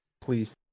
Please